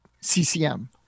CCM